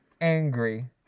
angry